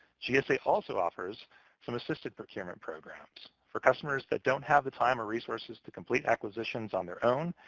gsa also offers some assisted procurement programs. for customers that don't have the time or resources to complete acquisitions on their own,